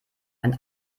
ein